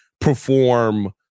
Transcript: perform